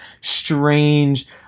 strange